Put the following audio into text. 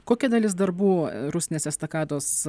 kokia dalis darbų rusnės estakados